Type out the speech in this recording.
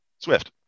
Swift